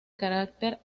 carácter